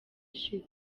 ishize